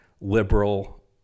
liberal